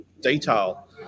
detail